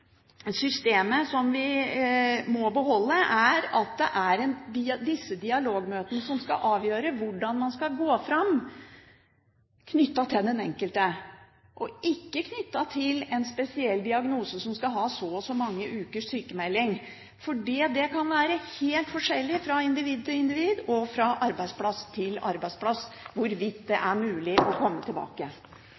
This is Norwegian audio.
vi må beholde, er at det er disse dialogmøtene som skal avgjøre hvordan man skal gå fram, knyttet til den enkelte, og ikke knyttet til en spesiell diagnose som tilsier så og så mange ukers sjukmelding, for det kan være helt forskjellig fra individ til individ og fra arbeidsplass til arbeidsplass hvorvidt det